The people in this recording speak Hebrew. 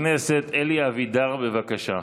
חבר הכנסת אלי אבידר, בבקשה.